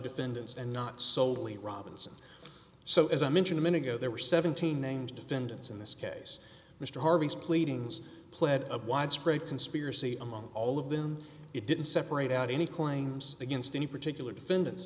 defendants and not soley robinson so as i mentioned a minute ago there were seventeen named defendants in this case mr harvey's pleadings pled a widespread conspiracy among all of them it didn't separate out any claims against any particular defendants